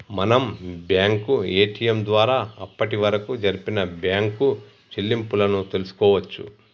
మనం bank ATM ద్వారా అప్పటివరకు జరిపిన బ్యేంకు చెల్లింపులను తెల్సుకోవచ్చు